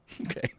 Okay